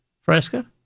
Fresca